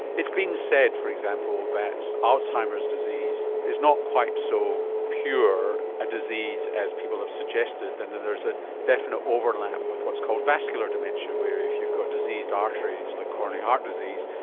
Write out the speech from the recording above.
it's been said for example that alzheimer's disease is not quite so pure a disease as people have suggested, and that there's a definite overlap with what's called vascular dementia, where if you've got diseased arteries like coronary heart disease,